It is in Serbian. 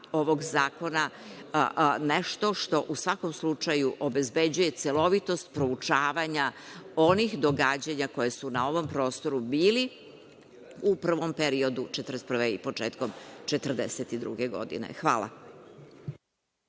ovog zakona nešto što u svakom slučaju obezbeđuje celovitost proučavanja onih događanja koja su na ovom prostoru bili u prvom periodu 1941. i početkom 1942. godine. Hvala.